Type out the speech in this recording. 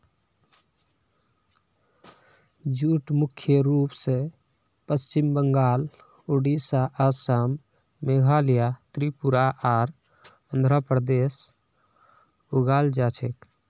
jute मुख्य रूप स पश्चिम बंगाल, ओडिशा, असम, मेघालय, त्रिपुरा आर आंध्र प्रदेशत उगाल जा छेक